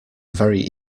very